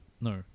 No